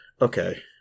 Okay